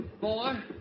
Four